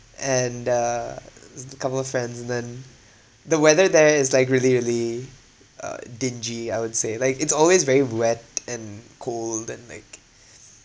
and uh with a couple of friends and then the weather there is like really really uh dingy I would say like it's always very wet and cold and like